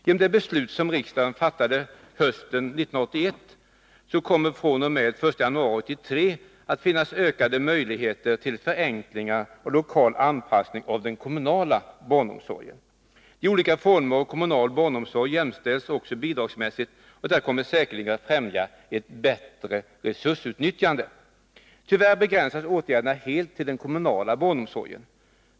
Genom det beslut som riksdagen fattade hösten 1981 kommer det fr.o.m. den 1 januari 1983 att finnas ökade möjligheter till förenklingar och lokal anpassning av den kommunala barnomsorgen. De olika formerna av kommunal barnomsorg jämställs också bidragsmässigt, och detta kommer säkerligen att främja ett bättre resursutnyttjande. Tyvärr begränsas åtgärderna helt till den kommunala barnomsorgen.